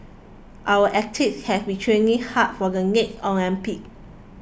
our athletes have been training hard for the next Olympics